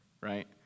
right